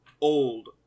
old